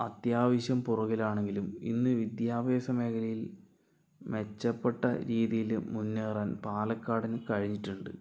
അത്യാവിശ്യം പുറകിലാണെങ്കിലും ഇന്ന് വിദ്യാഭ്യാസ മേഖലയിൽ മെച്ചപ്പെട്ട രീതിയിൽ മുന്നേറാൻ പാലക്കാടിന് കഴിഞ്ഞിട്ടുണ്ട്